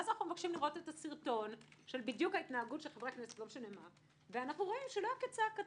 ואז אנחנו מבקשים לראות את הסרטון של חברי הכנסת ורואים שלא כצעקתה.